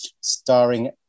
starring